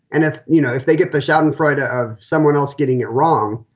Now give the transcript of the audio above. and if you know, if they get the schadenfreude ah of someone else getting it wrong,